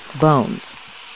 Bones